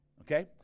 Okay